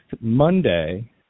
Monday